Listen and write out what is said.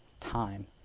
time